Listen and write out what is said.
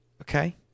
Okay